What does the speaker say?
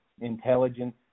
intelligence